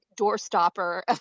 doorstopper